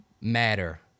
matter